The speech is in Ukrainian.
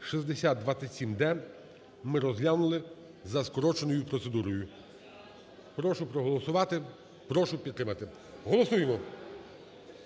(6027-д) ми розглянули за скороченою процедурою. Прошу проголосувати. Прошу підтримати. Голосуємо.